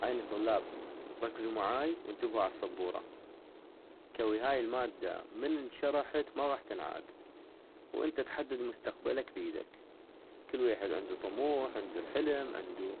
عيني طلاب ، ركزو معاي وانتبهو عالصبورة - كوي هاي المادة من انشرحت ما تنعاد وانت تحدد مستقبلك بيدك - كل ويحد عندو طموح عندو حلم عندو